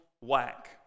whack